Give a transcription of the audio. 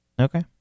Okay